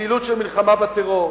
פעילות של מלחמה בטרור.